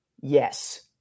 yes